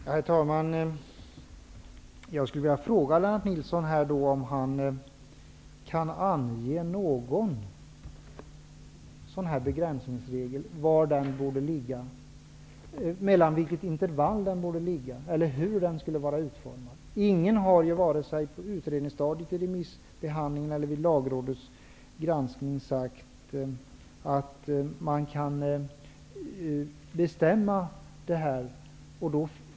Herr talman! Jag skulle vilja fråga Lennart Nilsson om han kan ange mellan vilka intervall en begränsningsregel borde ligga, hur den skulle vara utformad. Ingen har, vare sig på utredningsstadiet, vid remissbehandlingen eller vid Lagrådets granskning sagt att man kan bestämma detta.